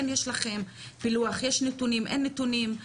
כן יש לכם פילוח, יש נתונים, אין נתונים.